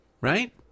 right